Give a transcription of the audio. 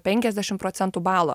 penkiasdešim procentų balo